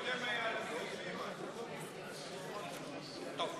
היות שאין הסתייגויות, רבותי,